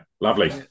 lovely